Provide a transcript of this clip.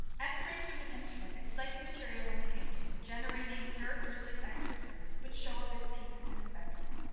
x-rays from the instrument excite the material in the painting, generating characteristic x-rays, which show up as peaks in a spectrum.